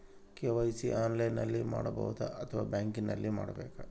KYC ಆನ್ಲೈನಲ್ಲಿ ಮಾಡಬಹುದಾ ಅಥವಾ ಬ್ಯಾಂಕಿನಲ್ಲಿ ಮಾಡ್ಬೇಕಾ?